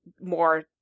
more